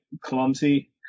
clumsy